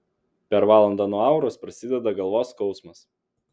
per valandą nuo auros prasideda galvos skausmas